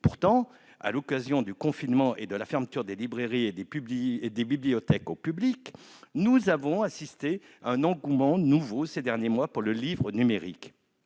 Pourtant, à l'occasion du confinement et de la fermeture des librairies et des bibliothèques au public, nous avons assisté à un engouement nouveau pour le livre numérique.